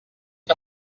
que